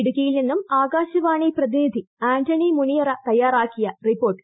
ഇടുക്കിയിൽ നിന്നും ആകാശവാണി പ്രതിനിധി ആന്റണി മുനിയറ തയ്യാറാക്കിയ റിപ്പോർട്ട്